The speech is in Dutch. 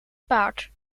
paard